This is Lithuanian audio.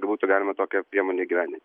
būtų galima tokią priemonę įgyvendinti